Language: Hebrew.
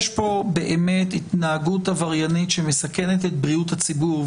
יש פה באמת התנהגות עבריינית שמסכנת את בריאות הציבור,